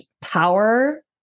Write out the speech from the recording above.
power